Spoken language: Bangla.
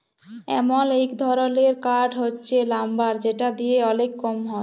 এমল এক ধরলের কাঠ হচ্যে লাম্বার যেটা দিয়ে ওলেক কম হ্যয়